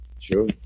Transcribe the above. Sure